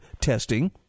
testing